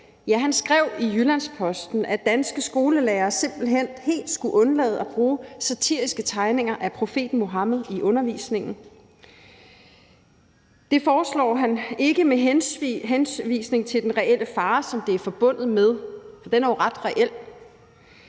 Hjortdal, skrev i Jyllands-Posten, at danske skolelærere simpelt hen helt skulle undlade at bruge satiriske tegninger af profeten Muhammed i undervisningen. Det foreslog han, ikke med henvisning til den reelle fare, som det er forbundet med – og den er jo ret reel